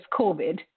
COVID